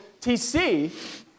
TC